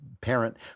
parent